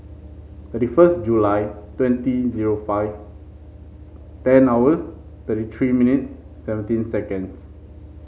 thirty first July twenty zero five ten hours thirty three minutes seventeen seconds